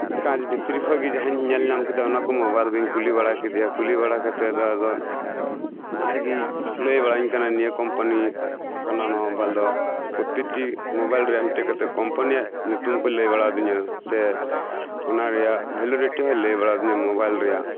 ᱠᱟᱸᱪ ᱵᱷᱤᱛᱤᱨ ᱠᱷᱚᱱᱜᱮ ᱡᱟᱦᱟᱸᱧ ᱧᱮᱞ ᱧᱟᱢᱠᱮᱫᱟ ᱚᱱᱟᱠᱚ ᱢᱳᱵᱟᱭᱤᱞᱜᱮ ᱠᱩᱞᱤ ᱵᱟᱲᱟ ᱠᱮᱫᱮᱭᱟ ᱠᱩᱞᱤ ᱵᱟᱲᱟ ᱠᱟᱛᱮᱫ ᱟᱫᱚ ᱟᱡᱜᱮ ᱞᱟᱹᱭᱵᱟᱲᱟ ᱤᱧᱠᱟᱱᱟ ᱱᱤᱭᱟᱹ ᱠᱳᱢᱯᱟᱹᱱᱤ ᱠᱟᱱᱟ ᱱᱚᱶᱟ ᱢᱳᱵᱟᱭᱤᱞ ᱫᱚ ᱯᱨᱚᱛᱮᱠᱴᱤ ᱢᱳᱵᱟᱭᱤᱞᱨᱮ ᱢᱤᱫ ᱴᱮᱱ ᱠᱟᱛᱮ ᱠᱳᱢᱯᱟᱱᱤ ᱭᱟᱜ ᱧᱩᱛᱩᱢᱠᱚᱭ ᱞᱟᱹᱭ ᱵᱟᱲᱟ ᱟᱹᱫᱤᱧᱟ ᱥᱮ ᱚᱱᱟᱨᱮᱭᱟᱜ ᱵᱷᱮᱞᱤᱰᱤᱴᱤ ᱦᱚᱸᱭ ᱞᱟᱹᱭᱵᱟᱲᱟ ᱟᱹᱫᱤᱧᱟ ᱢᱳᱵᱟᱭᱤᱞ ᱨᱮᱭᱟᱜ